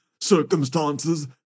circumstances